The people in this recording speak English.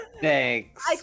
Thanks